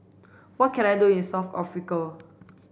what can I do in South Africa